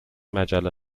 مجله